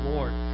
Lord